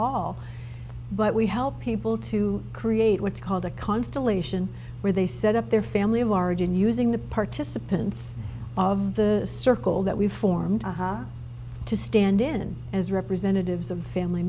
all but we help people to create what's called a constellation where they set up their family of origin using the participants of the circle that we've formed to stand in as representatives of family